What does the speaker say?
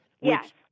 Yes